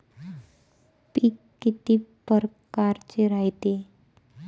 पिकं किती परकारचे रायते?